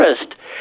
interest